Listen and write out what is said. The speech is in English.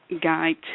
Guide